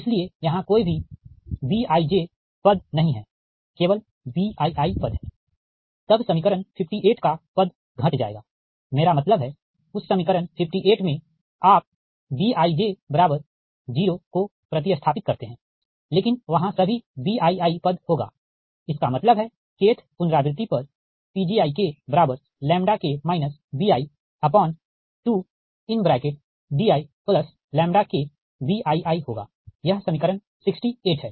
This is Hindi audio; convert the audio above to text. इसलिए यहाँ कोई भी Bijपद नही है केवल Bii है तब समीकरण 58 का पद घट जाएगा मेरा मतलब है उस समीकरण 58 में आप Bij 00 को प्रति स्थापित करते हैं लेकिन वहाँ सभी Biiपद होगा इसका मतलब हैkth पुनरावृति पर Pgi bi2diBiiहोगा यह समीकरण 68 है